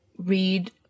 read